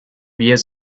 years